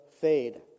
fade